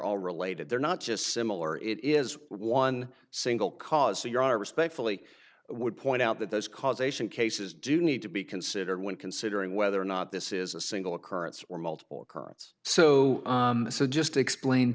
all related they're not just similar it is one single cause so your are respectfully would point out that those causation cases do need to be considered when considering whether or not this is a single occurrence or multiple occurrence so i just explained